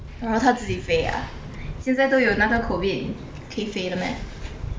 !huh! 她自己飞啊现在都有那个 COVID 可以飞的 meh